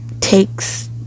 takes